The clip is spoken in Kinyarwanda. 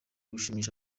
gushimisha